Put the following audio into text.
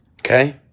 Okay